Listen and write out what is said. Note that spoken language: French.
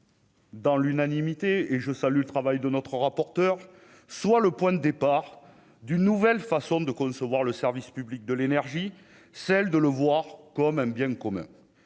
Dans l'unanimité et je salue le travail de notre rapporteure soit le point de départ d'une nouvelle façon de concevoir le service public de l'énergie, celle de le voir comme un bien commun,